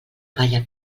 palla